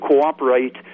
cooperate